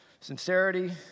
Sincerity